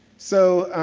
so,